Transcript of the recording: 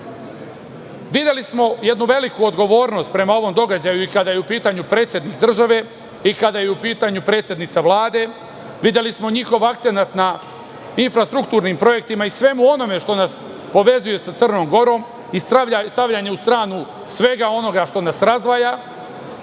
dan. Videli smo jednu veliku odgovornost prema ovom događaju i kada je u pitanju predsednik države i kada je u pitanju predsednica Vlade, videli smo njihov akcenat na infrastrukturnim projektima i svemu onome što nas povezuje sa Crnom Gorom i stavljanje u stranu svega onoga što nas razdvaja,